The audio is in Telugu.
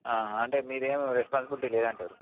అంటే మీదేం రెస్పాన్సిబుల్టీ లేదంటారు